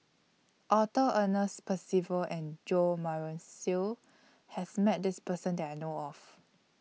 Arthur Ernest Percival and Jo Marion Seow has Met This Person that I know of